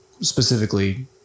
specifically